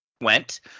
went